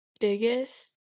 biggest